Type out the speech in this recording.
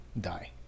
die